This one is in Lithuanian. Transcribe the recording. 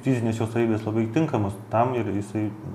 fizinės jo savybės labai tinkamos tam ir jisai